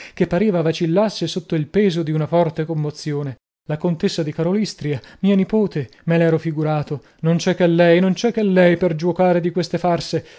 che pareva vacillasse sotto il peso di una forte commozione la contessa di karolystria mia nipote me l'ero figurato non c'è che lei non c'è che lei per giuocare di queste farse